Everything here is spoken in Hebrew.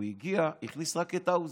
הוא הגיע והכניס רק את האוזר,